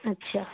ਅੱਛਾ